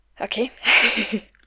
Okay